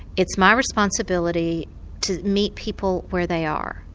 it's my responsibility to meet people where they are,